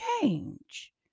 change